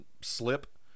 slip